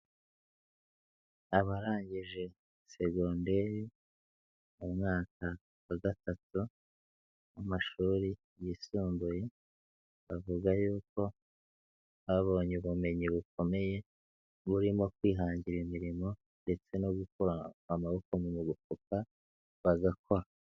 Abarangije segonderi, mu mwaka wa gatatu w'amashuri yisumbuye, bavuga yuko babonye ubumenyi bukomeye, burimo kwihangira imirimo ndetse no gukura amaboko mu mufuka bagakora.